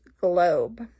globe